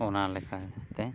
ᱚᱱᱟ ᱞᱮᱠᱟᱛᱮ